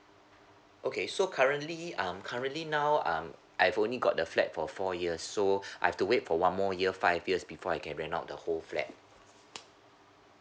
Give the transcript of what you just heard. okay so currently um currently now um I've only got the flat for four years so I've to wait for one more year five years before I can rent out the whole flat